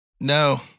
No